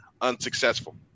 unsuccessful